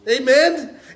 amen